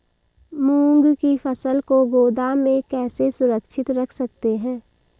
मूंग की फसल को गोदाम में कैसे सुरक्षित रख सकते हैं?